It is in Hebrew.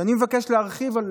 ואני מבקש להרחיב על